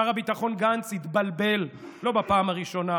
שר הביטחון גנץ התבלבל, ולא בפעם הראשונה.